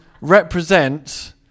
represent